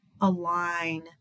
align